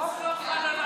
החוק לא חל על ערבים.